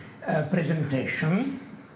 presentation